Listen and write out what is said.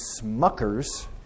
Smuckers